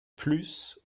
plus